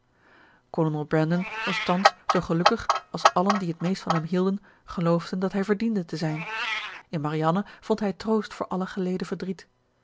kolonel brandon was thans zoo gelukkig als allen die het meest van hem hielden geloofden dat hij verdiende te zijn in marianne vond hij troost voor alle geleden verdriet